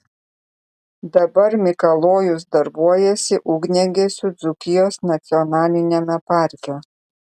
dabar mikalojus darbuojasi ugniagesiu dzūkijos nacionaliniame parke